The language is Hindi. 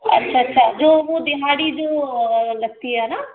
अच्छा अच्छा जो वो दिहाड़ी जो लगती है न